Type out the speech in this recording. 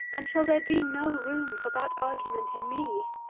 and shall there be no room for that argument in me?